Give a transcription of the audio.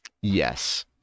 Yes